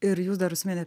ir jūs dar užsiminė